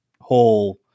whole